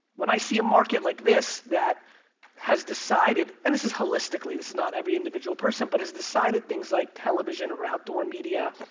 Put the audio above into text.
when i see a market like this that has decided, and this is holistically, this is not every individual person, but has decided things like television or outdoor media,